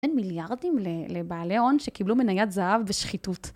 אין מיליארדים לבעלי הון שקיבלו מניית זהב בשחיתות.